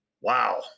wow